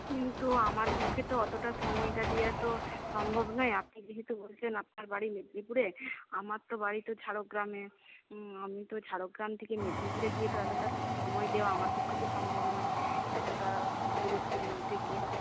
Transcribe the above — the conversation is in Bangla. কিন্তু আমার পক্ষে তো অতটা সময়টা দেওয়া তো সম্ভব নয় আপনি যেহেতু বলছেন আপনার বাড়ি মেদিনীপুরে আমার তো বাড়ি তো ঝাড়গ্রামে আমি তো ঝাড়গ্রাম থেকে মেদিনীপুর গিয়ে তো এতটা সময় দেওয়া আমার পক্ষে তো সম্ভব নয় এতটা দূরত্বের মধ্যে গিয়ে